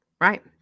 Right